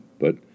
but